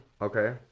Okay